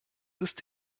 ist